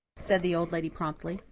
said the old lady promptly.